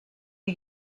die